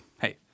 hey